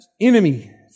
enemy